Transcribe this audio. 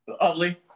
ugly